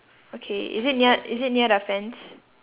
okay is it near is it near the fence